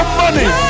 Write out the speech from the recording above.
money